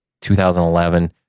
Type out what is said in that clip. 2011